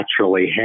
naturally